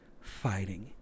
fighting